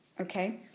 okay